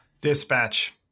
dispatch